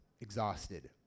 exhausted